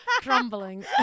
Crumbling